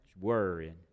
worrying